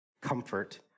comfort